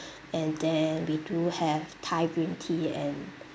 and then we do have thai green tea and